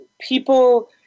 people